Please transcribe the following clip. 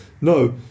No